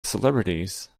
celebrities